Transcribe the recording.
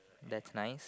that's nice